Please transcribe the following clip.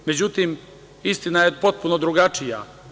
Međutim, istina je potpuno drugačija.